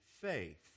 faith